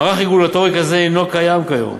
מערך רגולטורי כזה אינו קיים כיום.